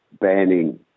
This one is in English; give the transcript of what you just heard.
banning